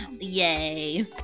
Yay